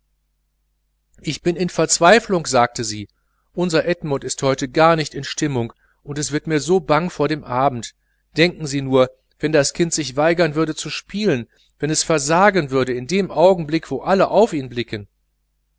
ich bin in verzweiflung sagte sie unser edmund ist heute gar nicht in stimmung und es wird mir so bang vor dem abend denken sie nur wenn das kind sich weigern sollte zu spielen wenn es versagen würde in dem augenblick wo alle auf ihn blicken